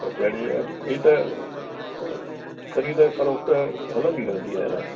त जहिड़ी आहे ॿी त ख़रीदु फरोक्त हलंदी रहंदी आहे न